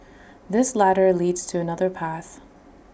this ladder leads to another path